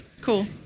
Cool